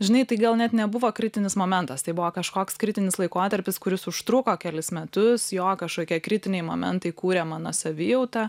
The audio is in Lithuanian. žinai tai gal net nebuvo kritinis momentas tai buvo kažkoks kritinis laikotarpis kuris užtruko kelis metus jo kažkokie kritiniai momentai kūrė mano savijautą